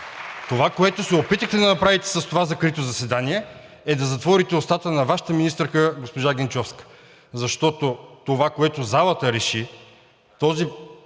Това, което се опитахте да направите със закритото заседание, е да затворите устата на Вашата министърка – госпожа Генчовска. Защото това, което залата реши, този